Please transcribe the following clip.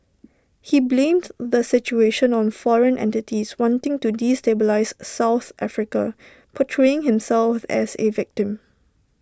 he blamed the situation on foreign entities wanting to destabilise south Africa portraying himself as A victim